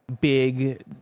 Big